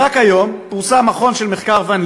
רק היום פורסם מחקר של מכון ון-ליר,